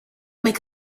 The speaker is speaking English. make